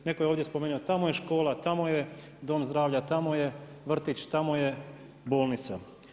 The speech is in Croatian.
Neko je ovdje spomenuo, tamo je škola, tamo je dom zdravlja, tamo je vrtić, tamo je bolnica.